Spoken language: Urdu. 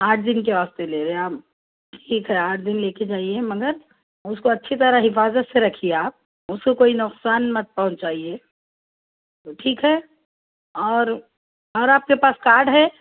آٹھ دن کے واسطے لے رہے ہیں آپ ٹھیک ہے آٹھ دن لے کے جائیے مگر اس کو اچھی طرح حفاظت سے رکھیے آپ اس کو کوئی نقصان مت پہنچائیے ٹھیک ہے اور آپ کے پاس کارڈ ہے